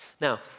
Now